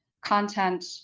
content